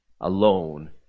alone